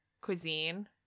cuisine